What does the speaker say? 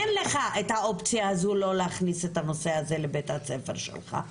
אין לך את האופציה הזו לא להכניס את הנושא הזה לבית הספר שלך,